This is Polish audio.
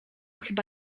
chyba